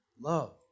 love